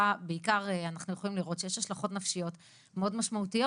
ובעיקר אנחנו יכולים לראות שיש השלכות נפשיות מאוד משמעותיות.